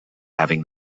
having